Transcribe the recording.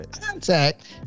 contact